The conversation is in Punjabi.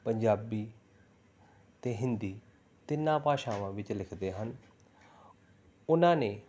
ਪੰਜਾਬੀ ਅਤੇ ਹਿੰਦੀ ਤਿੰਨਾਂ ਭਾਸ਼ਾਵਾਂ ਵਿੱਚ ਲਿਖਦੇ ਹਨ ਉਹਨਾਂ ਨੇ